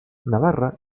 navarra